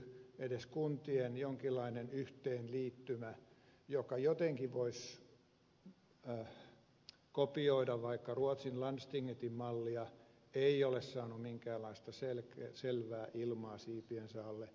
edes kuntien jonkinlainen yhteenliittymä joka jotenkin voisi kopioida vaikka ruotsin landstingetin mallia ei ole saanut minkäänlaista selvää ilmaa siipiensä alle